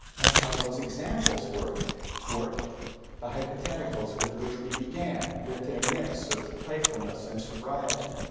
that's how those examples worked worked the hypotheticals with which we began with their mix of playfulness and sobriety.